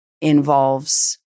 involves